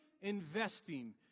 investing